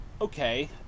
Okay